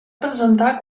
presentar